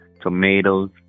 tomatoes